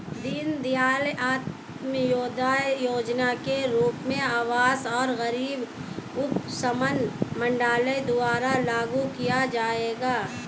दीनदयाल अंत्योदय योजना के रूप में आवास और गरीबी उपशमन मंत्रालय द्वारा लागू किया जाएगा